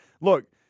Look